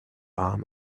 arm